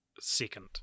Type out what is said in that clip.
second